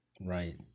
Right